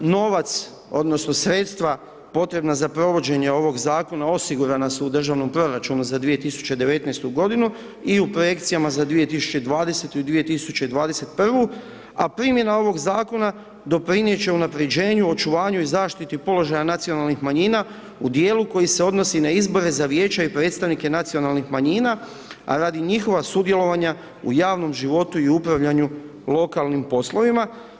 Novac odnosno sredstva potrebna za provođenje ovog zakona, osigurana su u državnom proračunu za 2019.g. i u projekcijama za 2020. i 2021., a primjena ovog zakona doprinijet će unapređenju, očuvanju i zaštiti položaja nacionalnih manjina u dijelu koji se odnosi na izbore za vijeće i predstavnike nacionalnih manjina, a radi njihova sudjelovanja u javnom životu i upravljanju lokalnim poslovima.